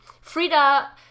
Frida